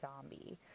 zombie